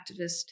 activist